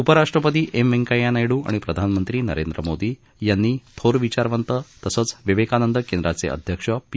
उपराष्ट्रपती एम व्यंकय्या नायडू आणि प्रधानमंत्री नरेंद्र मोदी यांनी थोर विचारवंत तसंच विवेकानंद केंद्राचे अध्यक्ष पी